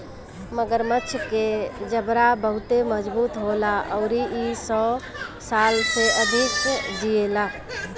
मगरमच्छ के जबड़ा बहुते मजबूत होला अउरी इ सौ साल से अधिक जिएला